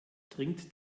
trinkt